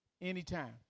anytime